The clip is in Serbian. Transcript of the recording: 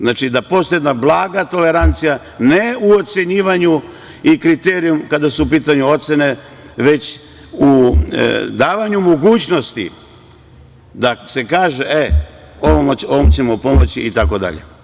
Znači, da postoji jedna blaga tolerancija ne u ocenjivanju i kriterijumu kada su u pitanju ocene, već u davanju mogućnosti da se kaže – ovome ćemo pomoći itd.